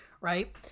right